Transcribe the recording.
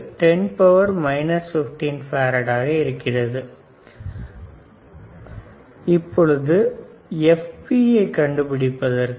950 10 15farad fp12LCeq 123